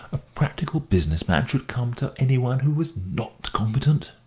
a practical business man, should come to any one who was not competent?